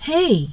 Hey